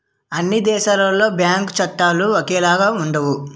అన్ని దేశాలలో బ్యాంకు చట్టాలు ఒకేలాగా ఉండవు